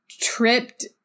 tripped